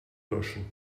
löschen